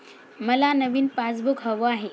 मला नवीन पासबुक हवं आहे